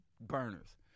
burners